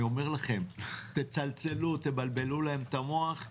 אני אומר לכם, תצלצלו, תבלבלו להן את המוח.